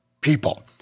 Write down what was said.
people